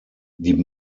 die